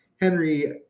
Henry